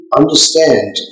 understand